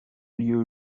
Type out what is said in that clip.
lieu